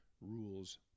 rules